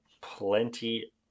Plenty